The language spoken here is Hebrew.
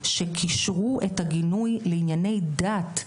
שקישרו את הגינוי לענייני דת,